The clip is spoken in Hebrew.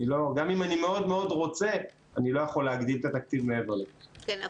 גם אם אני מאוד מאוד רוצה אני לא יכול להגדיל את התקציב מעבר לזה.